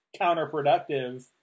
counterproductive